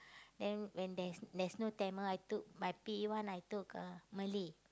then when there's there's no Tamil I took my P one I took uh Malay